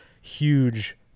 huge